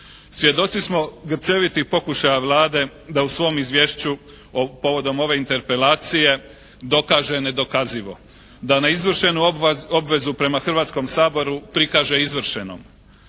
Svjedoci smo grčevitih pokušaja Vlade da u svom izvješću povodom ove interpelacije dokaže nedokazivo, da neizvršenu obvezu prema Hrvatskom saboru prikaže izvršenom.